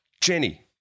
Jenny